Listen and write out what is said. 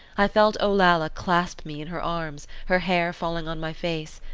i felt olalla clasp me in her arms, her hair falling on my face,